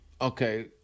okay